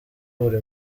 buri